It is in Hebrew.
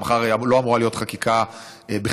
מחר לא אמורה להיות חקיקה בכלל,